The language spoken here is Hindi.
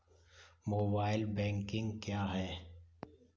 मोबाइल बैंकिंग क्या है?